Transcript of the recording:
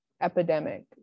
epidemic